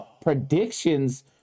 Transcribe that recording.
predictions